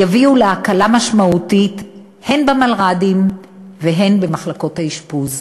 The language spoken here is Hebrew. יביאו להקלה משמעותית הן במלר"דים והן במחלקות האשפוז.